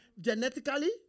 Genetically